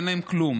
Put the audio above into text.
אין להם כלום.